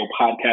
Podcast